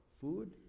Food